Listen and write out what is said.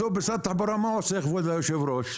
בסוף משרד התחבורה, מה עושה, כבוד היושב-ראש?